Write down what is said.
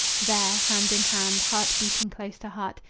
there, hand in hand, heart beating close to heart,